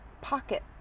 pocket